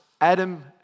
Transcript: Adam